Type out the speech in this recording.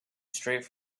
straight